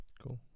Cool